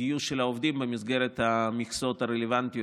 גיוס עובדים במסגרת המקצועות הרלוונטיים